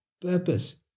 purpose